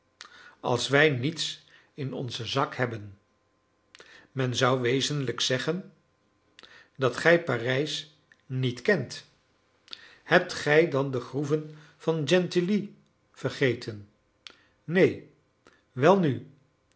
als wij niets in onzen zak hebben men zou wezenlijk zeggen dat gij parijs niet kent hebt gij dan de groeven van gentilly vergeten neen welnu